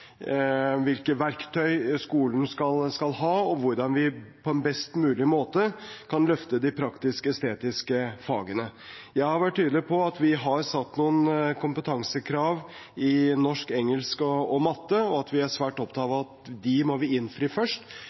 hvilke verktøy skolen skal ha, og hvordan vi på en best mulig måte kan løfte de praktisk-estetiske fagene. Jeg har vært tydelig på at vi har satt noen kompetansekrav i norsk, engelsk og matte, og at vi er svært opptatt av at vi må innfri dem først.